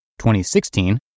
2016